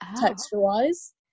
texture-wise